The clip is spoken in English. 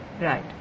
Right